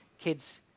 kids